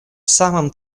самым